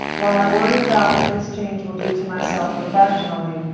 while i worry about what this change will do to myself professionally,